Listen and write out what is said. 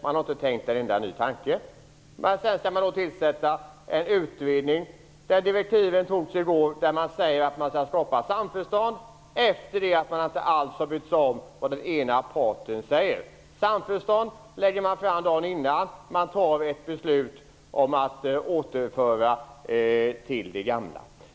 Man har inte tänkt en enda ny tanke! Dessutom skall man tillsätta en utredning. Direktiven antogs i går. Man säger där att man skall skapa samförstånd. Och det gör man efter det att man har struntat i vad den ena parten i sammanhanget säger! Man lägger alltså fram direktiv om samförstånd dagen innan riksdagen fattar ett beslut om att återföra allt till det gamla.